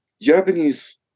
Japanese